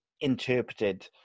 interpreted